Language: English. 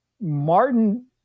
Martin